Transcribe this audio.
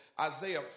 Isaiah